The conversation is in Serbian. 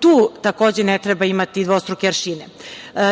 tu takođe ne treba imati dvostruke aršine.